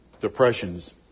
depressions